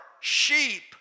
sheep